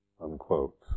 unquote